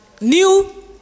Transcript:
new